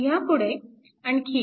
ह्यापुढे आणखी एक